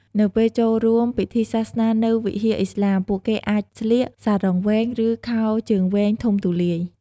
នៅពេលចូលរួមពិធីសាសនានៅវិហារឥស្លាម ពួកគេអាចស្លៀក សារុងវែង ឬខោជើងវែងធំទូលាយ។